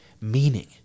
meaning